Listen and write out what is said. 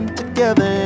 together